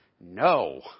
no